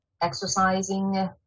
exercising